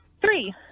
Three